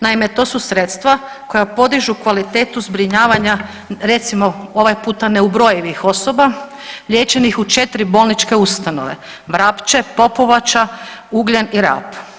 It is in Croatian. Naime, to su sredstva koja podižu kvalitetu zbrinjavanja recimo ovaj puta neubrojivih osoba liječenih u 4 bolničke ustanove Vrapče, Popovača, Ugljan i Rab.